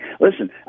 listen